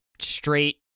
straight